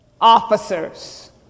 officers